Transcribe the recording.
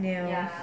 nails